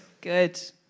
good